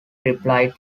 replied